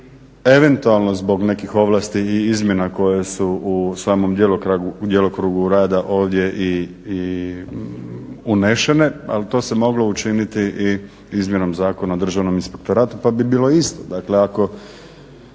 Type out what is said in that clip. eventualno zbog nekih ovlasti i izmjena koje su u samom djelokrugu rada ovdje i unesene, ali to se moglo učiniti i izmjenom Zakona o Državnom inspektoratu pa bi bilo isto.